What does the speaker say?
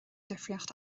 difríocht